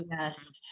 Yes